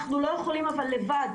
אנחנו לא יכולים לבד.